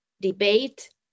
debate